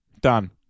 Done